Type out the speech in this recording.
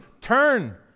Turn